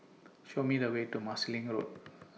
Show Me The Way to Marsiling Road